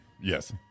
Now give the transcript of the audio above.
Yes